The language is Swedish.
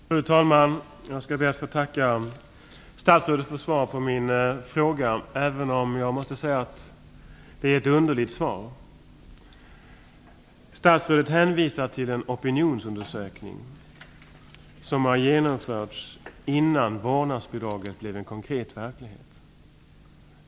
Fru talman! Jag skall be att få tacka statsrådet för svaret på min fråga, även om jag måste säga att det är ett underligt svar. Statsrådet hänvisar till en opinionsundersökning som har genomförts innan vårdnadsbidraget blev en konkret verklighet.